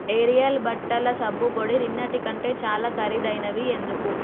aerial బట్టల సబ్బు పొడి నిన్నటికంటే చాలా ఖరీదైనవి ఎందుకు